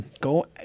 go